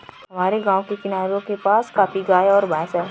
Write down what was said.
हमारे गाँव के किसानों के पास काफी गायें और भैंस है